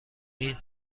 این